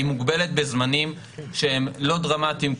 היא מוגבלת בזמנים שהם לא דרמטיים,